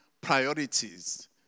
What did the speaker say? priorities